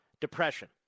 depression